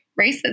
racism